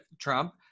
Trump